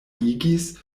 igis